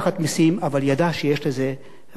אבל ידע שיש לזה ריח רע מאוד.